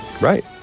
Right